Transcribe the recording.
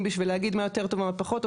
בשביל להגיד מה יותר טוב ומה פחות טוב,